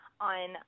on